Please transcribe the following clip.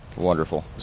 wonderful